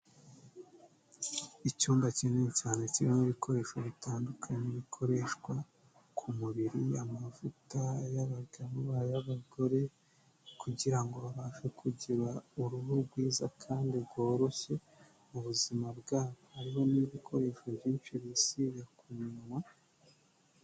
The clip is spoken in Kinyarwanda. Icyumba kinini cyane kirimo ibikoresho bitandukanye bikoreshwa ku mubiri, amavuta y'abagabo, ay'abagore kugira ngo babashe kugira uruhu rwiza kandi rworoshye mu buzima bwabo, hariho n'ibikoresho byinshi bisiga ku munwa.